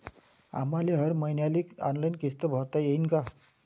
आम्हाले हर मईन्याले ऑनलाईन किस्त भरता येईन का?